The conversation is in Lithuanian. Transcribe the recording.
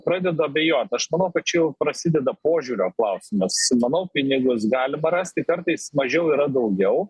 pradedu abejot aš manau kad čia jau prasideda požiūrio klausimas manau pinigus galima rasti kartais mažiau yra daugiau